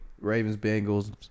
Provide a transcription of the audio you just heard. Ravens-Bengals